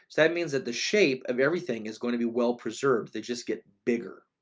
that means that the shape of everything is going to be well preserved. they just get bigger